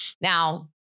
Now